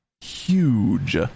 huge